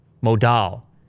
Modal